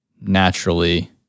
naturally